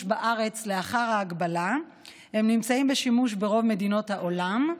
בארץ לאחר ההגבלה נמצאים בשימוש ברוב מדינות העולם,